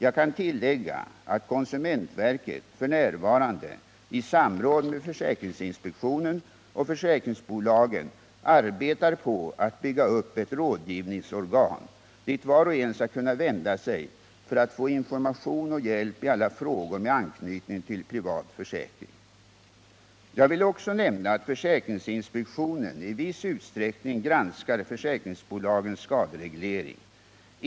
Jag kan tillägga att konsumentverket f. n. i samråd med försäkringsinspektionen och försäkringsbolagen arbetar på att bygga upp ett rådgivningsorgan, dit var och en skall kunna vända sig för att få information och hjälp i alla frågor med anknytning till privat försäkring. Jag vill också nämna att försäkringsinspektionen i viss utsträckning granskar försäkringsbolagens skadereglering.